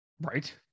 Right